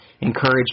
encourage